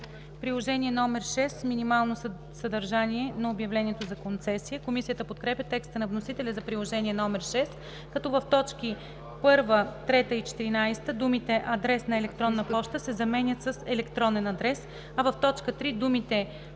Приложение № 6 – Минимално съдържание на обявлението за концесия” Комисията подкрепя текста на вносителя за Приложение № 6, като в точки 1, 3 и 14 думите „адрес на електронна поща“ се заменят с „електронен адрес“, а в т. 3 думите